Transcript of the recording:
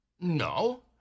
No